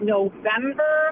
November